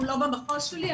הוא לא במחוז שלי.